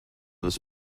this